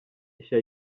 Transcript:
nshya